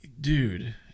dude